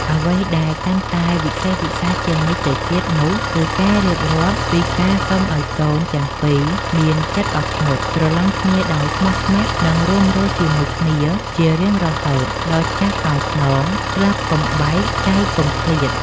អ្វីដែលកាន់តែវិសេសវិសាលជាងនេះទៅទៀតនោះ គឺការរៀបរាប់ពីការសុំឱ្យកូនទាំងពីរមានចិត្តអត់ធ្មត់ ស្រឡាញ់គ្នាដោយស្មោះស្ម័គ្រ និងរួមរស់ជាមួយគ្នាជារៀងរហូតដល់ចាស់កោងខ្នង ស្លាប់កុំបែក ចែកកុំឃ្លាត។